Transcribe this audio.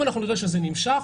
אם נראה שזה נמשך,